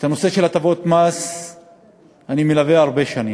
את הנושא של הטבות מס אני מלווה הרבה שנים,